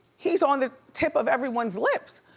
he's on the tip of everyone's lips.